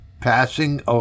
passing